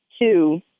two